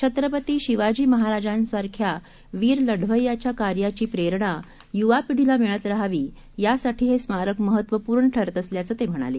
छत्रपतीशिवाजीमहाराजांसारख्यावीरलढवय्याच्याकार्याचीप्रेरणायुवापिढीलामिळतरहावी यासाठीहेस्मारकमहत्वपूर्णठरणारअसल्याचंतेम्हणाले